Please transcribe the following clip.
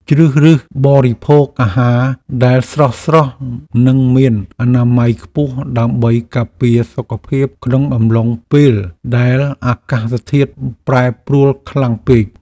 ជ្រើសរើសបរិភោគអាហារដែលស្រស់ៗនិងមានអនាម័យខ្ពស់ដើម្បីការពារសុខភាពក្នុងអំឡុងពេលដែលអាកាសធាតុប្រែប្រួលខ្លាំងពេក។